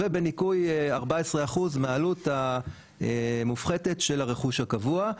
ובניכוי 14% מהעלות המופחתת של הרכוש הקבוע.